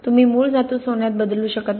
तुम्ही मूळ धातू सोन्यात बदलू शकत नाही